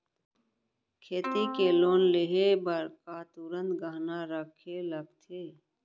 खेती के लोन लेहे बर का तुरंत गहना रखे लगथे?